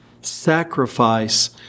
Sacrifice